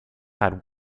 had